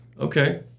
Okay